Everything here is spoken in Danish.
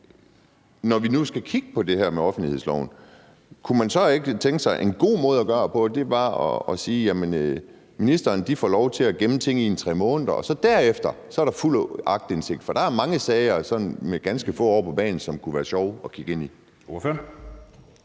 Når vi nu skal kigge på det her med offentlighedsloven, kunne man så ikke tænke sig, at en god måde at gøre det på er, at ministeren får lov til at gemme ting i 3 måneder, og at der derefter er fuld aktindsigt. For der er mange sager med ganske få år på bagen, som kunne være sjove at kigge ind i.